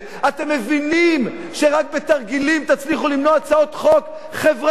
אתם מבינים שרק בתרגילים תצליחו למנוע הצעות חוק חברתיות,